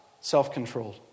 self-controlled